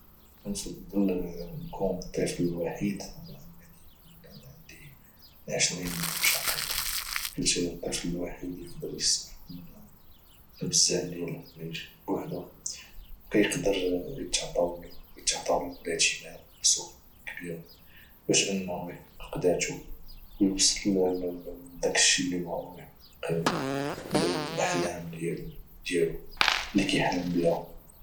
كنفضل نكون الطفل الوحيد على انني يكون عندي 20 شقيق حيث الطفل الوحيد يقدر يستفد من بزاف ديال الحوايج بوحده وكيقدر اتعطالو الاهتمام بصورة كبيرة باش انه يحقق داتو ويوصل لداكشي اللي بغا ويحقق الاحلام ديالو اللي كيحلم بها